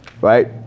right